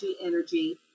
energy